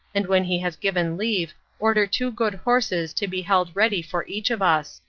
and when he has given leave order two good horses to be held ready for each of us.